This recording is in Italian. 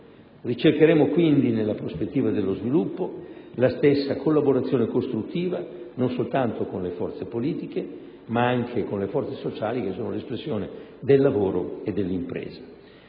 Ricercheremo quindi, nella prospettiva dello sviluppo, la stessa collaborazione costruttiva, non soltanto con le forze politiche, ma anche con le forze sociali che sono l'espressione del lavoro e dell'impresa.